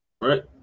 Right